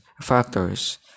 factors